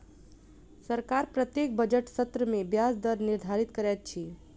सरकार प्रत्येक बजट सत्र में ब्याज दर निर्धारित करैत अछि